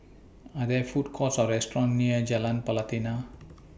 Are There Food Courts Or restaurants near Jalan Pelatina